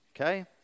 okay